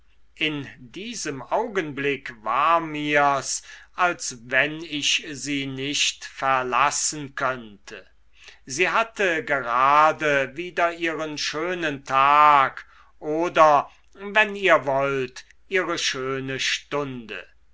in diesem augenblick war mir's als wenn ich sie nicht verlassen könnte sie hatte gerade wieder ihren schönen tag oder wenn ihr wollt ihre schöne stunde